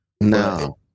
No